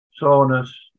soreness